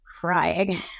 crying